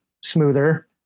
smoother